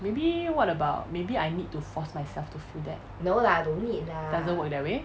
maybe what about maybe I need to force myself to feel that doesn't work that way